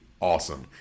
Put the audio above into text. awesome